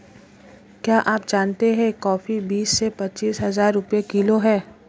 क्या आप जानते है कॉफ़ी बीस से पच्चीस हज़ार रुपए किलो है?